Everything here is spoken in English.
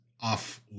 off